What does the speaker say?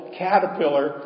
caterpillar